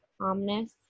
calmness